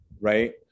right